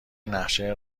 نقشه